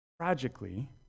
tragically